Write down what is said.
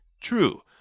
True